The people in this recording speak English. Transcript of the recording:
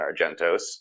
Argentos